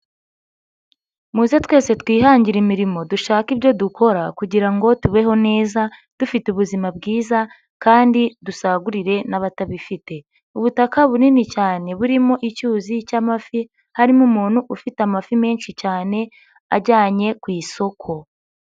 Muze twese twihangire imirimo dushake ibyo dukora kugira ngo tubeho neza dufite ubuzima bwiza kandi dusagurire n'abatabifite, ubutaka bunini cyane burimo icyuzi cy'amafi, harimo umuntu ufite amafi menshi cyane ajyanye ku isoko.